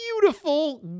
beautiful